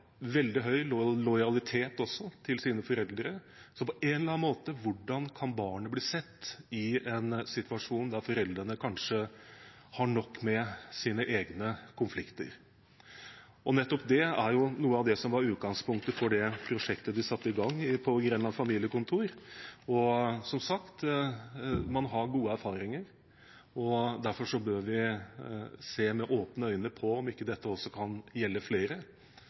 også veldig sterk lojalitet til sine foreldre. Hvordan kan barnet på en eller annen måte bli sett i en situasjon der foreldrene kanskje har nok med sine egne konflikter? Nettopp det var noe av utgangspunktet for det prosjektet de satte i gang på Grenland familiekontor. Som sagt: Man har gode erfaringer, og derfor bør vi se med åpne øyne på om ikke dette også kan gjelde flere